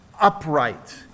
upright